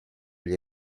gli